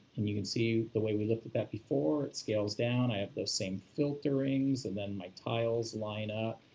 and you can see the way we looked at that before, it scales down, i have the same filtering, and then my tiles line up.